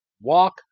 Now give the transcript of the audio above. walk